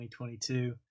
2022